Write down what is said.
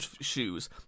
shoes